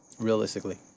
Realistically